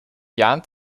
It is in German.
jahren